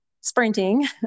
sprinting